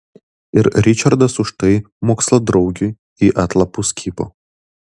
ir ričardas už tai moksladraugiui į atlapus kibo